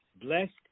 Blessed